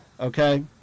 Okay